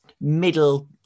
middle